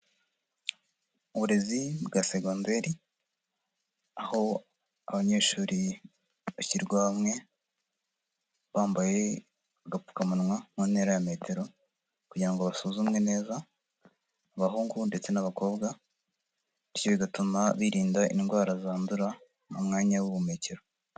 Uburezi bwa segonderi, aho abanyeshuri bashyirwa hamwe, bambaye agapfukamunwa mu ntera ya metero kugira ngo basuzumwe neza, abahungu ndetse n'abakobwa, bityo bigatuma birinda indwara zandura mu mwanya w'ubuhumekero.